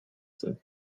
zen